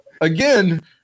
again